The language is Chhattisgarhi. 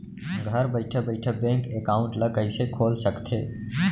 घर बइठे बइठे बैंक एकाउंट ल कइसे खोल सकथे?